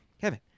Kevin